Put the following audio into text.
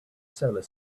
solar